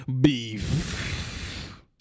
Beef